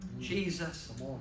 Jesus